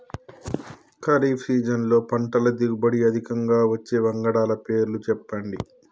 ఖరీఫ్ సీజన్లో పంటల దిగుబడి అధికంగా వచ్చే వంగడాల పేర్లు చెప్పండి?